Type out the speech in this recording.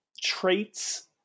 traits